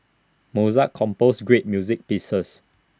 Mozart composed great music pieces